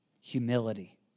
humility